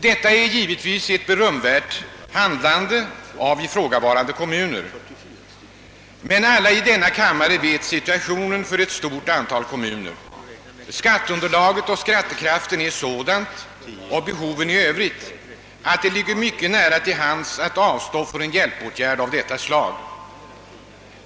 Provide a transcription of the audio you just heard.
Detta är givetvis ett berömwvärt handlande av ifrågavarande kommuner. Men alla i denna kammare vet situationen för ett stort antal kommuner: skatteunderlaget och skattekraften är sådana, liksom behoven i övrigt, att det ligger mycket nära till hands att avstå från en hjälpåtgärd av detta slag.